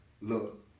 Look